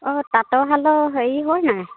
অঁ তাঁতৰ শাল হেৰি হয় নাই